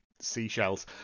seashells